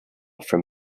from